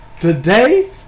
Today